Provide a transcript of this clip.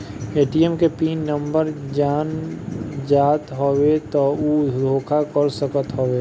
ATM के pin number जान जात हवे तब उ धोखा कर सकत हवे